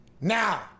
Now